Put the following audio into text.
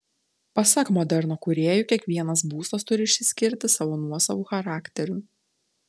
pasak moderno kūrėjų kiekvienas būstas turi išsiskirti savo nuosavu charakteriu